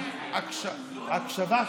על ההקשבה שלך.